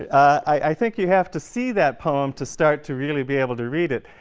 i think you have to see that poem to start to really be able to read it.